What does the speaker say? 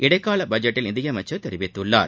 இடைக்கால பட்ஜெட்டில் நிதியமைச்சர் தெரிவித்துள்ளார்